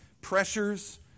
pressures